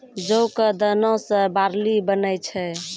जौ कॅ दाना सॅ बार्ली बनै छै